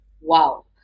Wow